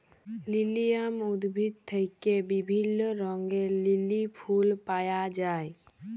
lilium উদ্ভিদ থেক্যে বিভিল্য রঙের লিলি ফুল পায়া যায়